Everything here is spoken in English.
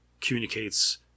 communicates